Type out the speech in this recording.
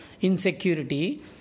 insecurity